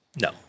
No